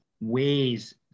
ways